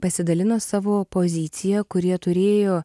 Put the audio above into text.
pasidalino savo pozicija kurie turėjo